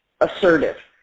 assertive